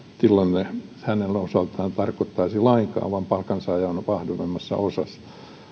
hänen osaltaan tarkoittaisi lainkaan vaan palkansaaja on on vahvemmassa osassa